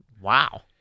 Wow